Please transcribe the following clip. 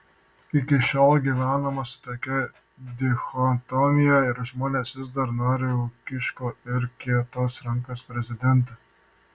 iki šiol gyvenama su tokia dichotomija ir žmonės vis dar nori ūkiško ir kietos rankos prezidento